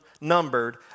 numbered